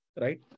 right